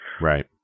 right